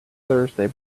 thursday